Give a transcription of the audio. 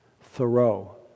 Thoreau